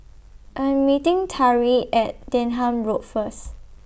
I Am meeting Tari At Denham Road First